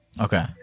Okay